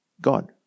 God